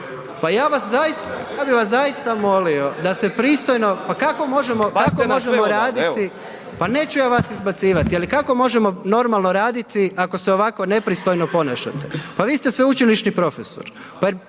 Pa ja bi vas zaista molio da se pristojno, pa kako možemo … …/Upadica Lovrinović, ne razumije se./… Pa neću ja vas izbacivati ali kako možemo normalno raditi ako se ovako nepristojno ponašate, pa vi ste sveučilišni profesor.